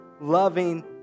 loving